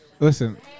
Listen